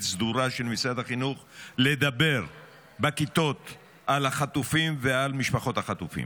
סדורה של משרד החינוך לדבר בכיתות על החטופים ועל משפחות החטופים.